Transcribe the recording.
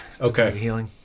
Okay